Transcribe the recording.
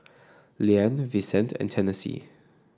Liane Vicente and Tennessee